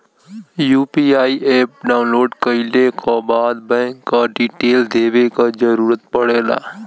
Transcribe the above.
UPI app download कइले क बाद बैंक क डिटेल देवे क जरुरत पड़ेला